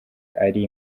ari